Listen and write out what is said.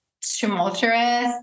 tumultuous